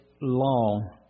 law